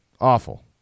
Awful